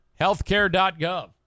healthcare.gov